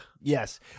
Yes